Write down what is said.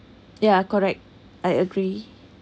ya correct I agree